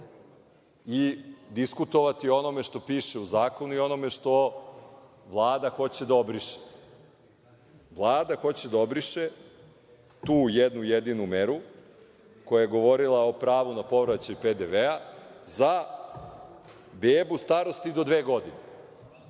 i diskutovati o onome što piše u zakonu i onome što Vlada hoće da obriše. Vlada hoće da obriše tu jednu jedinu meru koja je govorila o pravu na povraćaj PDV za bebu starosti do dve godine.